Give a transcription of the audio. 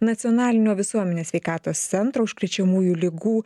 nacionalinio visuomenės sveikatos centro užkrečiamųjų ligų